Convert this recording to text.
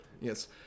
Yes